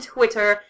Twitter